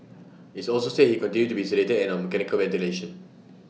its also said he continued to be sedated and on mechanical ventilation